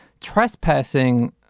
trespassing